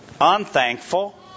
unthankful